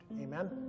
Amen